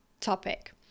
topic